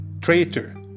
Traitor